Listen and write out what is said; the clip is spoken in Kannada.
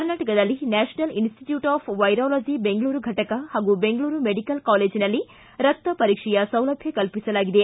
ಕರ್ನಾಟಕದಲ್ಲಿ national institute of virology Bengaluru ಘಟಕ ಪಾಗೂ ಬೆಂಗಳೂರು ಮೆಡಿಕಲ್ ಕಾಲೇಜಿನಲ್ಲಿ ರಕ್ತ ಪರೀಕ್ಷೆಯ ಸೌಲಭ್ಯ ಕಲ್ಪಿಸಲಾಗಿದೆ